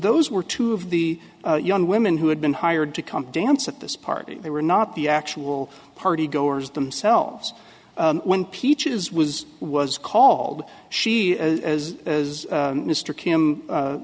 those were two of the young women who had been hired to come dance at this party they were not the actual party goers themselves when peaches was was called she as mr kim